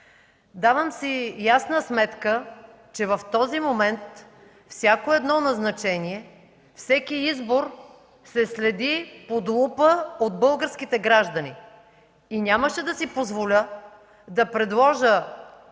Давам си ясна сметка, че в този момент всяко назначение, всеки избор се следи под лупа от българските граждани и нямаше да си позволя да предложа